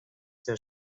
der